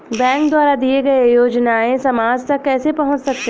Bank द्वारा दिए गए योजनाएँ समाज तक कैसे पहुँच सकते हैं?